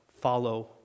follow